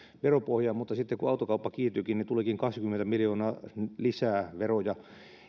veropohjaan mutta sitten kun autokauppa kiihtyikin niin tulikin kaksikymmentä miljoonaa lisää veroja